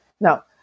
Now